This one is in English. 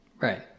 right